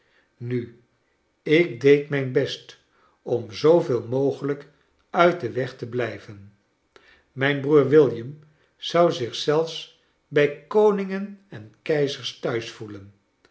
ku ik deed mijn best om zooveel mogelijk uit den weg te blijven mijn broer william zou zich zelfs bij koningeji en keizers thuis voelen